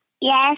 Yes